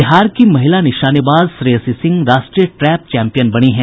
बिहार की महिला निशानेबाज श्रेयसी सिंह राष्ट्रीय ट्रैप चैम्पियन बनी हैं